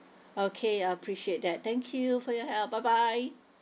okay I'll appreciate that thank you for your help bye bye